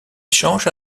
change